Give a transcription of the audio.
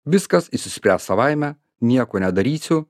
viskas išsispręs savaime nieko nedarysiu